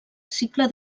cicle